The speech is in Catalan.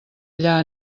allà